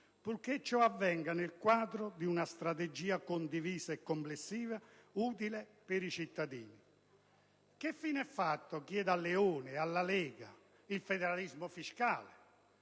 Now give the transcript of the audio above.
purché ciò avvenga nel quadro di una strategia condivisa e complessiva, utile per i cittadini. Che fine ha fatto, chiedo al senatore Leoni e alla Lega Nord, il federalismo fiscale?